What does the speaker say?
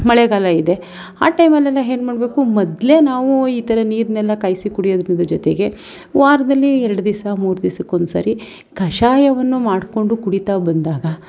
ಮಳೆಗಾಲ ಇದೆ ಆ ಟೈಮಲ್ಲೆಲ್ಲ ಏನ್ ಮಾಡಬೇಕು ಮೊದಲೇ ನಾವು ಈ ಥರ ನೀರನ್ನೆಲ್ಲ ಕಾಯಿಸಿ ಕುಡಿಯೋದರಿಂದ ಜೊತೆಗೆ ವಾರದಲ್ಲಿ ಎರಡು ದಿವಸ ಮೂರು ದಿವಸಕ್ಕೊಂದ್ಸಾರಿ ಕಷಾಯವನ್ನು ಮಾಡಿಕೊಂಡು ಕುಡಿತಾ ಬಂದಾಗ